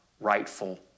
rightful